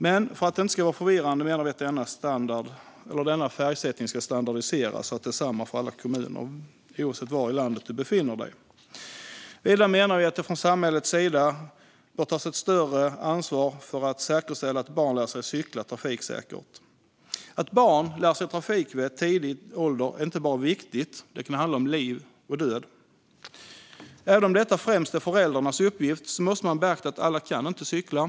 Men för att det inte ska vara förvirrande menar vi att färgsättningen ska standardiseras så att färgen är samma i alla kommuner, oavsett var i landet du befinner dig. Vidare menar vi att det från samhällets sida bör tas ett större ansvar för att säkerställa att barn lär sig cykla trafiksäkert. Att barn lär sig trafikvett i tidig ålder är inte bara viktigt - det kan handla om liv och död. Även om detta främst är föräldrarnas uppgift måste man beakta att alla inte kan cykla.